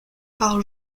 par